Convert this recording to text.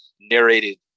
narrated